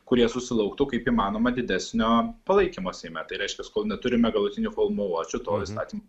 kurie susilauktų kaip įmanoma didesnio palaikymo seime tai reiškias kol neturime galutinių formuluočių tol įstatymai